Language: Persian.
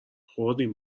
خوردیم